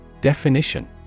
Definition